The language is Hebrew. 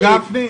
הרב גפני,